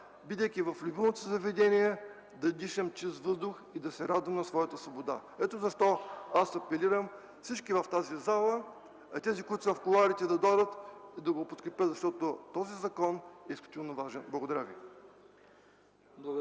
бидейки в любимото си заведение, да дишам чист въздух и да се радвам на своята свобода. Ето защо аз апелирам: всички в тази зала, а и тези, които са в кулоарите, да дойдат и да го подкрепят, защото законът е изключително важен! Благодаря.